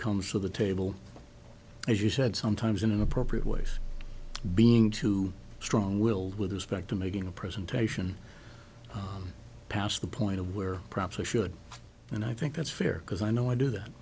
comes to the table as you said sometimes in inappropriate ways being too strong willed with respect to making a presentation past the point of where perhaps i should and i think that's fair because i know i do that